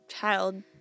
child